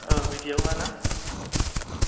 बिदियावनोना अ' औ